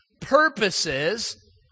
purposes